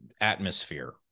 atmosphere